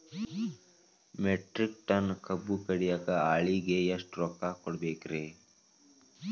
Metric ton ಕಬ್ಬು ಕಡಿಯಾಕ ಆಳಿಗೆ ಎಷ್ಟ ರೊಕ್ಕ ಕೊಡಬೇಕ್ರೇ?